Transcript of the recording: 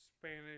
Spanish